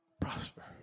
prosper